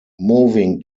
moving